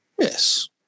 Yes